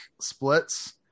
splits